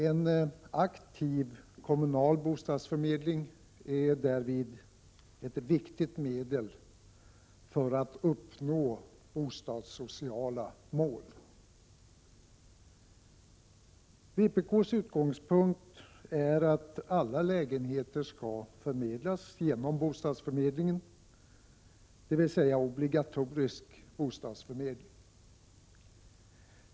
En aktiv kommunal bostadsförmedling är därvid ett viktigt medel för att uppnå bostadssociala mål. Vpk:s utgångspunkt är att alla lägenheter skall förmedlas genom bostadsförmedlingen, dvs. obligatorisk bostadsförmedling.